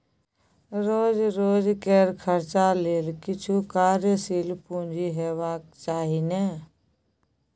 रोज रोजकेर खर्चा लेल किछु कार्यशील पूंजी हेबाक चाही ने